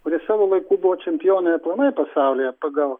kurie savo laiku buvo čempionai aplamai pasaulyje pagal